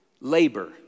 Labor